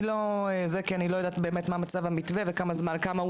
אני לא יודעת מה מצב המתווה וכמה הוא